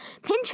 Pinterest